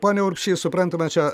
pone urbšy suprantama čia